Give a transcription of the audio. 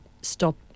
stop